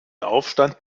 aufstand